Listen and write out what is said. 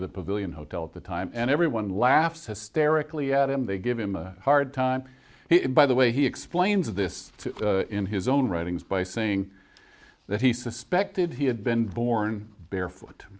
the pavilion hotel at the time and everyone laughs hysterically at him they give him a hard time by the way he explains this in his own writings by saying that he suspected he had been born barefoot